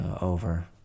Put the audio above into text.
over